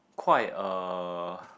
quite uh